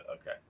Okay